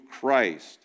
Christ